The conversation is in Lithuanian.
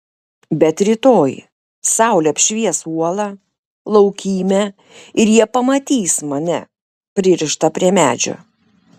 bet rytoj saulė apšvies uolą laukymę ir jie pamatys mane pririštą prie medžio